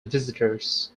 visitors